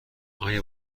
آیا